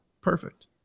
Perfect